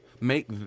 Make